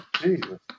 Jesus